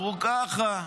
אמרו: ככה.